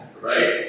right